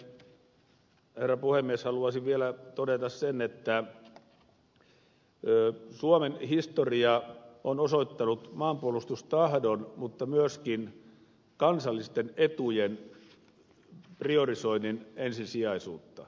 liittoutumiskysymykseen herra puhemies haluaisin vielä todeta sen että suomen historia on osoittanut maanpuolustustahdon mutta myöskin kansallisten etujen priorisoinnin ensisijaisuutta